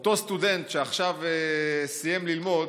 אותו סטודנט שעכשיו סיים ללמוד,